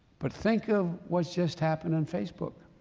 but think of what's just happened on facebook.